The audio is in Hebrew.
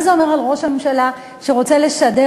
מה זה אומר על ראש הממשלה שרוצה לשדר